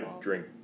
drink